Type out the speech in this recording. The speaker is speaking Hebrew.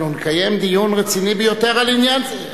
אנחנו נקיים דיון רציני ביותר על עניין זה.